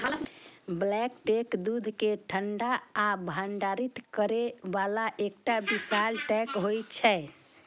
bulk tank दूध कें ठंडा आ भंडारित करै बला एकटा विशाल टैंक होइ छै